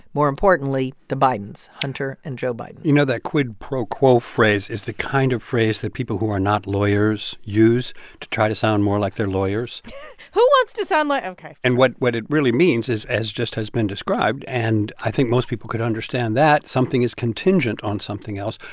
more importantly, the bidens hunter and joe biden you know, that quid pro quo phrase is the kind of phrase that people who are not lawyers use to try to sound more like they're lawyers who wants to sound like ok and what what it really means is as just has been described. and i think most people could understand that something is contingent on something else.